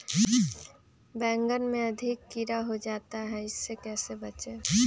बैंगन में अधिक कीड़ा हो जाता हैं इससे कैसे बचे?